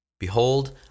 Behold